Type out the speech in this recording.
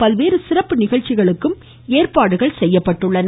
பல்வேறு சிறப்பு நிகழ்ச்சிகளுக்கும் ஏற்பாடுகள் செய்யப்பட்டுள்ளன